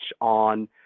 on